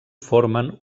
formen